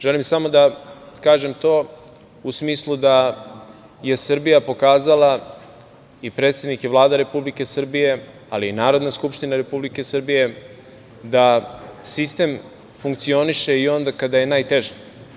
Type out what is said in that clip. Želim samo da kažem to u smislu da je Srbija pokazala, i predsednik i Vlada Republike Srbije, ali i Narodna skupština Republike Srbije, da sistem funkcioniše i onda kada je najteže.